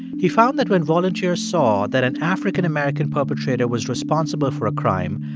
he found that when volunteers saw that an african-american perpetrator was responsible for a crime,